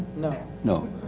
no. no,